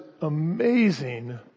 amazing